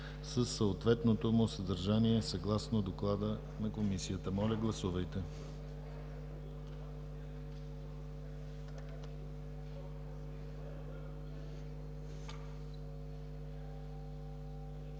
съответното му съдържание, съгласно доклада на Комисията. Гласували